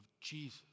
Jesus